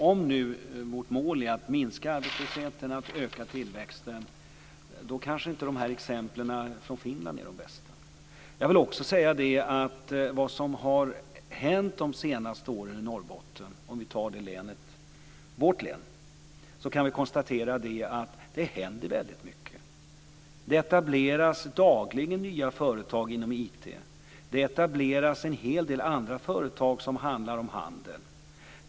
Om nu vårt mål är att minska arbetslösheten och att öka tillväxten kanske inte exemplen från Finland är de bästa. Om vi tar Norrbotten, vårt län, kan vi konstatera att det har hänt väldigt mycket de senaste åren. Det etableras dagligen nya företag inom IT, och det etableras en hel del andra företag som sysslar med handel.